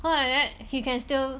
so like that he can still